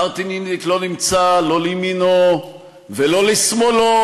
מרטין אינדיק לא נמצא לא לימינו, ולא לשמאלו,